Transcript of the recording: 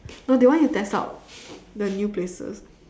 no they want you to test out the new places